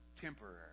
temporary